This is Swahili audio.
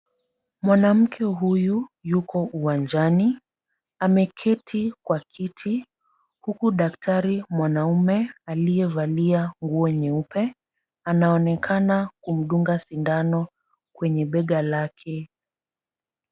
Mwanamke huyu yuko uwanjani. Ameketi kwa kiti huku daktari mwanaume aliyevalia nguo nyeupe anaonekana kumdunga sindano kwenye bega lake.